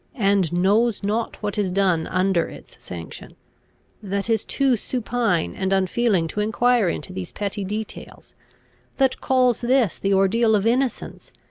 and knows not what is done under its sanction that is too supine and unfeeling to enquire into these petty details that calls this the ordeal of innocence,